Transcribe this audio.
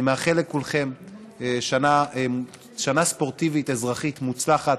אני מאחל לכולכם שנה ספורטיבית אזרחית מוצלחת,